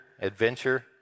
adventure